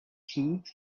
suit